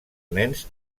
nens